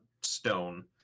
stone